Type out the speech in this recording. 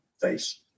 face